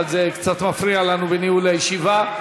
אבל זה קצת מפריע לנו בניהול הישיבה.